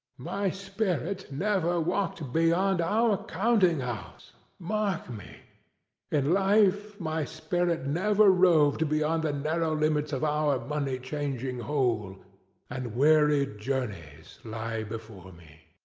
my spirit never walked beyond our counting-house mark me in life my spirit never roved beyond the narrow limits of our money-changing hole and weary journeys lie before me!